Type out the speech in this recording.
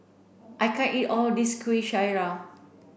I can't eat all of this Kuih Syara